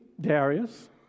Darius